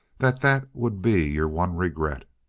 that that would be your one regret.